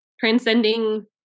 transcending